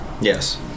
Yes